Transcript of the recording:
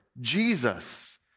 Jesus